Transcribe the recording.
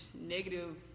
negative